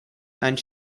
and